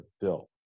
built